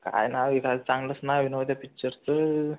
काय नाव एखादं चांगलंच नाव आहे नव्हं त्या पिच्चरचं